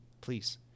Please